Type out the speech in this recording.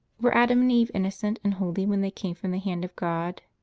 were adam and eve innocent and holy when they came from the hand of god?